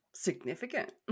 Significant